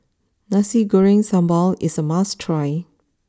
Nasi Goreng Sambal is a must try